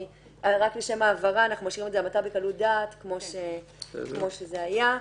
אז רק לשם ההבהרה אנחנו משאירים את זה המתה בקלות דעת כמו שזה היה.